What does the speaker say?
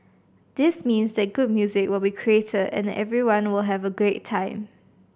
this means that good music will be created and that everyone will have a great time